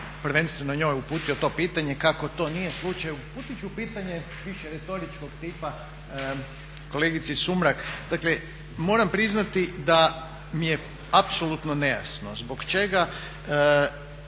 prvenstveno njoj uputio to pitanje. Kako to nije slučaj uputit ću pitanje više retoričkog tipa kolegici Sumrak. Dakle moram priznati da mi je apsolutno nejasno zbog čega